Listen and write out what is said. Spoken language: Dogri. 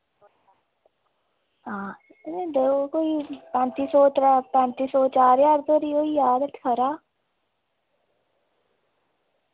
हां इ'य्यां देओ कोई पैंती सौ त्रै पैंती सौ चार ज्हार धोड़ी होई जाह्ग ते खरा